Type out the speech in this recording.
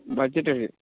budget